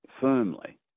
firmly